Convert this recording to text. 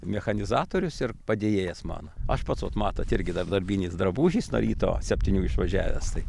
mechanizatorius ir padėjėjas mano aš pats vat matot irgi dar darbiniais drabužiais nuo ryto septynių išvažiavęs tai